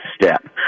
step